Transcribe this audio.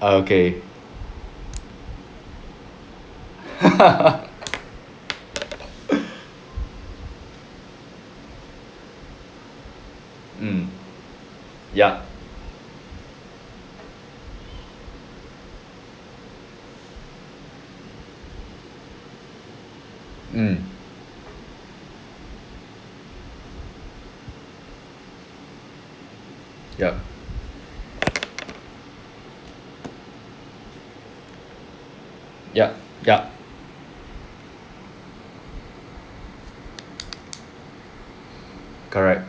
okay mm yup mm yup yup yup correct